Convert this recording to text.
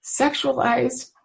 sexualized